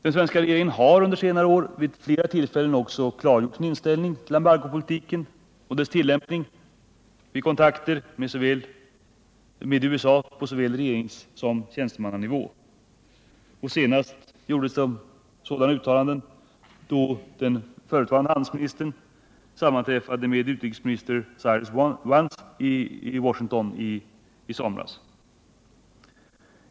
Den svenska regeringen har under senare år vid flera tillfällen klargjort sin inställning till embargopolitiken och dess tillämpning vid kontakter med USA på såväl regeringssom tjänstemannanivå. Senast gjordes sådana uttalanden då den förutvarande handelsministern sammanträffade med utrikesminister Cyrus Vance i Washington i somras.